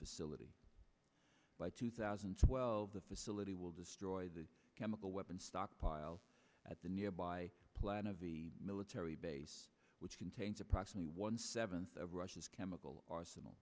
facility by two thousand and twelve the facility will destroy the chemical weapons stockpile at the nearby plan of the military base which contains approximately one seventh of russia's chemical arsenal